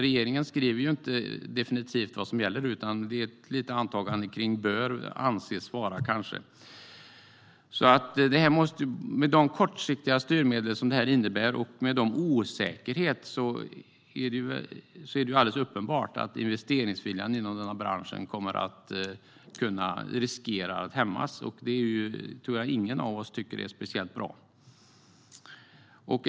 Regeringen skriver inte exakt vad som gäller, utan det är ett antagande där man använder orden "bör" och "anses vara". Med de kortsiktiga styrmedel som detta innebär och med denna osäkerhet är det alldeles uppenbart att investeringsviljan inom denna bransch riskerar att hämmas. Det tror jag att ingen av oss tycker är speciellt bra.